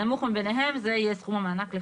הנמוך ביניהם יהיה סכום המענק.